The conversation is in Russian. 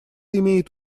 имеет